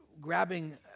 grabbing